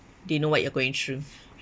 they know what you are going through